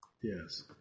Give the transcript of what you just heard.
Yes